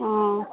অঁ